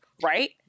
right